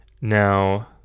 Now